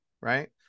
Right